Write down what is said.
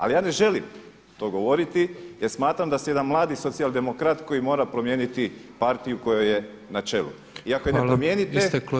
Ali ja ne želim to govoriti, jer smatram da se jedan mladi socijaldemokrat koji mora promijeniti partiju kojoj je na čelu i ako je ne promijenite